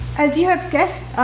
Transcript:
as you have guessed,